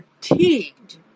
fatigued